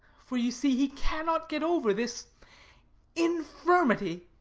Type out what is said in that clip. for you see he cannot get over this infirmity